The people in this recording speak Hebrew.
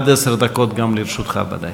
עד עשר דקות גם לרשותך, ודאי.